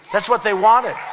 that's what they wanted.